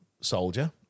soldier